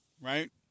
right